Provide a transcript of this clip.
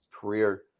career